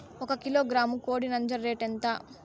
ఒక కిలోగ్రాము కోడి నంజర రేటు ఎంత?